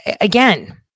again